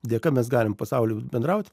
dėka mes galim pasauly bendraut